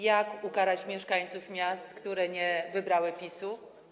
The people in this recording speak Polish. Jak ukarać mieszkańców miast, które nie wybrały PiS-u?